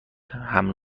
حمل